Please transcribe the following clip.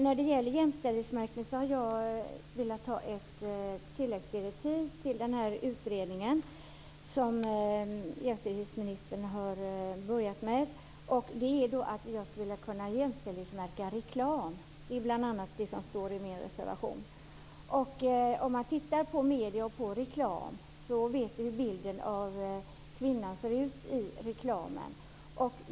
När det gäller jämställdhetsmärkning har jag velat få ett tilläggsdirektiv till den utredning som jämställdhetsministern har börjat med. Jag skulle vilja jämställdhetsmärka reklam. Det är bl.a. det som står i min reservation. Om vi tittar på medier och reklam, vet vi hur bilden av kvinnan ser ut där.